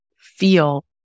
feel